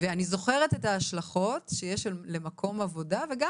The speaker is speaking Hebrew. ואני זוכרת את ההשלכות שיש למקום עבודה וגם